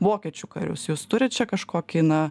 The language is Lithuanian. vokiečių karius jūs turit čia kažkokį na